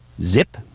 zip